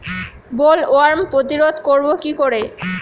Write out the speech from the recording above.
Bollworm প্রতিরোধ করব কি করে?